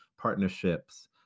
partnerships